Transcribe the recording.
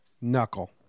Knuckle